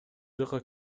жакка